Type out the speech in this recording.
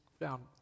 found